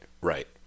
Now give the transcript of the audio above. right